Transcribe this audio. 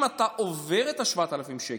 אם אתה עובר 7,000 שקל,